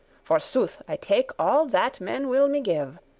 forsooth i take all that men will me give.